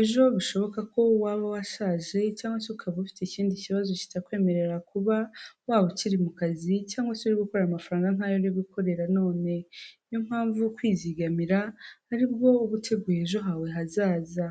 ejo bishoboka ko waba washaje, cyangwa se ukaba ufite ikindi kibazo kitakwemerera kuba waba ukiri mu kazi cyangwa se gukorera amafaranga nk'ayo uri gukorera none, ni yo mpamvu kwizigamira ari bwo uba uteguye ejo hawe hazaza.